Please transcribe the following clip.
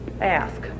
ask